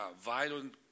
violent